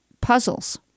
puzzles